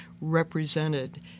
represented